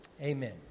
amen